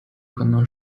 可能